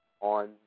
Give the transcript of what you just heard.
on